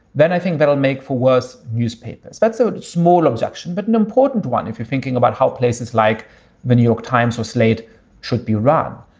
then i think that'll make for worse newspapers. that's so a small objection, but an important one if you're thinking about how places like the new york times or slate should be run.